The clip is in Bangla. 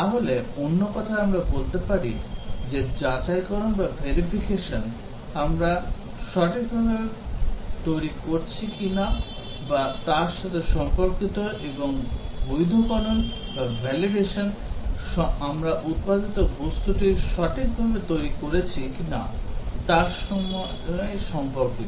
তাহলে অন্য কথায় আমরা বলতে পারি যে যাচাইকরণ আমরা সঠিকভাবে তৈরি করছি কিনা তার সাথে সম্পর্কিত এবং বৈধকরণ আমরা উৎপাদিত বস্তুটি সঠিকভাবে তৈরি করেছি কিনা তার সাথে সম্পর্কিত